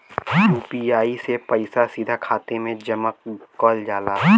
UPI से पइसा सीधा खाते में जमा कगल जाला